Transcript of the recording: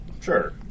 Sure